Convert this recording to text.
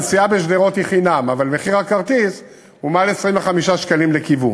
הנסיעה בשדרות היא חינם אבל מחיר הכרטיס הוא מעל 25 ש"ח לכיוון.